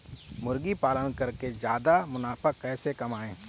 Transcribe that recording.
मुर्गी पालन करके ज्यादा मुनाफा कैसे कमाएँ?